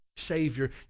savior